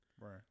Right